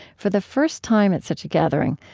for the first time at such a gathering,